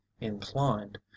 inclined